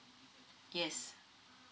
yes